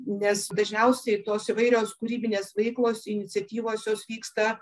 nes dažniausiai tos įvairios kūrybinės veiklos iniciatyvos jos vyksta